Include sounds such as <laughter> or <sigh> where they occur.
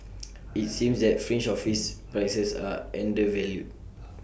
<noise> IT seems that fringe office prices are undervalued